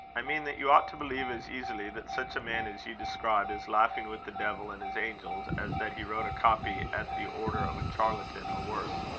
i mean, that you ought to believe as easily that such a man as you describe is laughing with the devil and his angels, as that he wrote a copy at the order of a charlatan, or worse.